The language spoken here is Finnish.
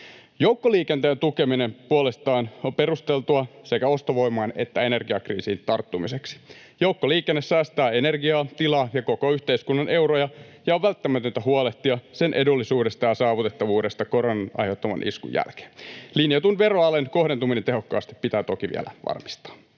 Joukkoliikenteen tukeminen puolestaan on perusteltua sekä ostovoimaan että energiakriisiin tarttumiseksi. Joukkoliikenne säästää energiaa, tilaa ja koko yhteiskunnan euroja, ja on välttämätöntä huolehtia sen edullisuudesta ja saavutettavuudesta koronan aiheuttaman iskun jälkeen. Linjatun veroalen kohdentuminen tehokkaasti pitää toki vielä varmistaa.